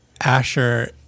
Asher